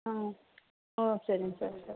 ஆ ஓ சரிங்க sir sir